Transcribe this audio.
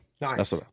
Nice